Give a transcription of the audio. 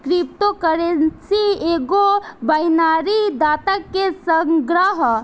crypto currency एगो binary data के संग्रह ह